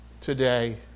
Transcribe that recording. today